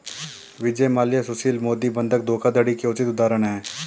विजय माल्या सुशील मोदी बंधक धोखाधड़ी के उचित उदाहरण है